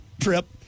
trip